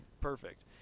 perfect